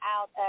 out